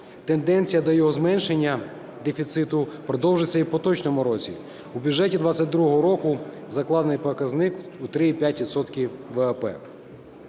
Тенденція для його зменшення, дефіциту, продовжиться і в поточному році. У бюджеті 2022 року закладений показник у 3,5